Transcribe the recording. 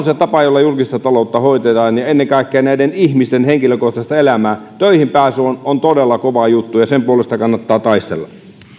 se tapa jolla julkista taloutta hoidetaan ja ennen kaikkea näiden ihmisten henkilökohtaista elämää töihin pääsy on on todella kova juttu ja sen puolesta kannattaa taistella